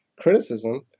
criticism